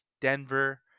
Denver